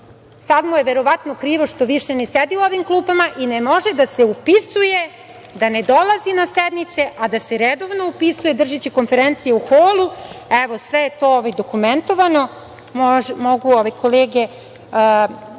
sada mu je verovatno krivo što više ne sedi u ovim klupama i ne može da se upisuje, da ne dolazi na sednice, a da se redovno upisuje, držeći konferencije u holu. Sve je to dokumentovano. Mogu kolege